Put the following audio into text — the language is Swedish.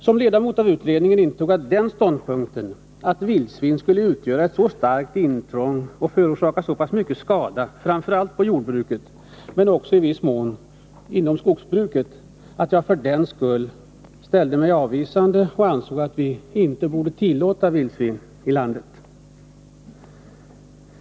Som ledamot av utredningen intog jag den ståndpunkten att vildsvin skulle utgöra ett så starkt intrång och förorsaka så pass mycket skada, framför allt på jordbruket men i viss mån också inom skogsbruket, att jag för den skull ställde mig avvisande och ansåg att vi inte borde tillåta vildsvin i landet.